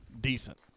decent